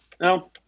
No